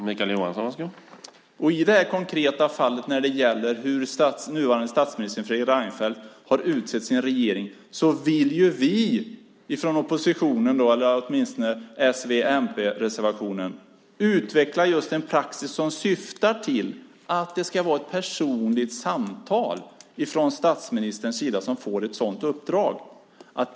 Herr talman! I det konkreta fallet om hur nuvarande statsministern Fredrik Reinfeldt har utsett sin regering, vill vi från oppositionen i s-v-mp-reservationen utveckla den praxis som syftar till att det ska vara ett personligt samtal från statsministerns sida när ett sådant uppdrag ska utföras.